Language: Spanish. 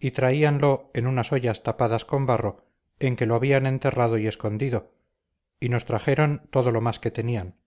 y traíanlo en unas ollas tapadas con barro en que lo habían enterrado y escondido y nos trajeron todo lo más que tenían